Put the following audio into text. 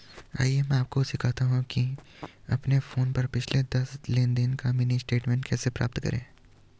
आइए मैं आपको सिखाता हूं कि अपने फोन पर पिछले दस लेनदेन का मिनी स्टेटमेंट कैसे प्राप्त करें